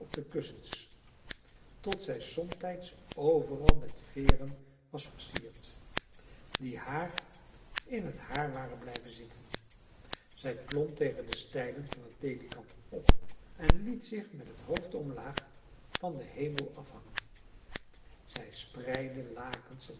de kussens tot zij somtijds overal met veeren was versierd die haar in het haar waren blijven zitten zij klom tegen de stijlen van het ledikant op en liet zich met het hoofd omlaag van den hemel afhangen zij spreidde lakens en